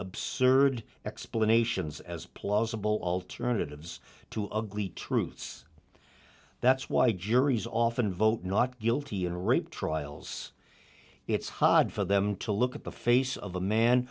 absurd explanations as plausible alternatives to ugly truths that's why juries often vote not guilty and rape trials it's hard for them to look at the face of a man